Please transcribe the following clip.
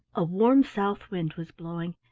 a warm south wind was blowing,